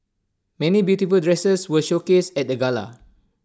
many beautiful dresses were showcased at the gala